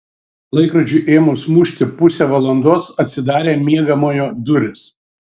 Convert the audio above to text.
laikrodžiui ėmus mušti pusę valandos atsidarė miegamojo durys